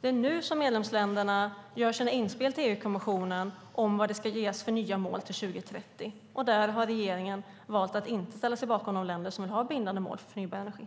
Det är nu som medlemsländerna gör sina inspel till EU-kommissionen om vad det ska ges för nya mål till 2030. Där har regeringen valt att inte ställa sig bakom de länder som vill ha bindande mål för förnybar energi.